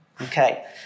Okay